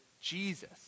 Jesus